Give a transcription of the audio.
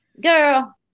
girl